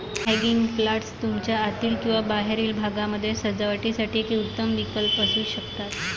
hanging planters तुमच्या आतील किंवा बाहेरील भागामध्ये सजावटीसाठी एक उत्तम विकल्प असू शकतात